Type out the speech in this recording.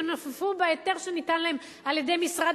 ינופפו בהיתר שניתן להם על-ידי משרד